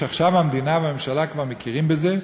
שעכשיו המדינה והממשלה כבר מכירות בזה,